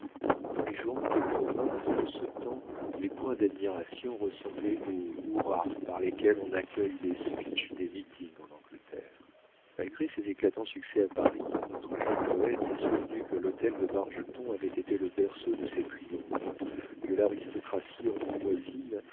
dans les journaux de province de ce temps les points d'admiration ressemblaient aux hurra par lesquels on accueille les speech des meeting en angleterre malgré ses éclatants succès à paris notre jeune poète s'est souvenu que l'hôtel de bargeton avait été le berceau de ses triomphes que l'aristocratie angoumoisine